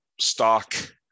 stock